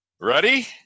Ready